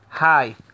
Hi